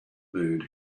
mood